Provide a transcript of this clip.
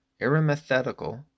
arithmetical